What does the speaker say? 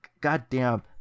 goddamn